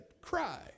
cry